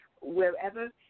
wherever